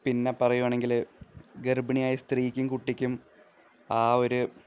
പിന്നെ പറയുകയാണെങ്കിൽ ഗർഭിണിയായ സ്ത്രീക്കും കുട്ടിക്കും ആ ഒരു